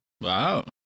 Wow